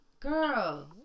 Girl